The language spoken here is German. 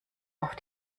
auf